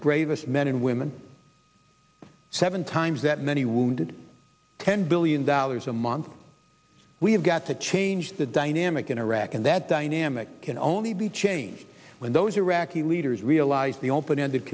bravest men and women seven times that many wounded ten billion dollars a month we have got to change the dynamic in iraq and that dynamic can only be changed when those iraqi leaders realize the open ended